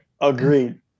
Agreed